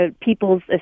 people's